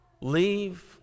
Leave